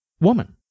woman